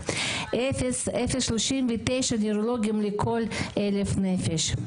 0.39 נוירולוגים לכל 1,000 נפש.